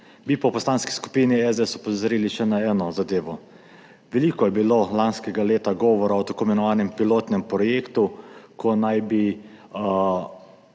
Bi pa v Poslanski skupini SDS opozorili še na eno zadevo. Veliko je bilo lansko leta govora o tako imenovanem pilotnem projektu, ko naj bi